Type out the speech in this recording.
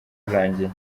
rurangiye